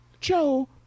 Joe